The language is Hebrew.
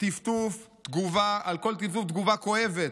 טפטוף, תגובה, על כל טפטוף, תגובה כואבת.